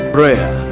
Prayer